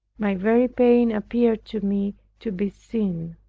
my very pain appeared to me to be sin.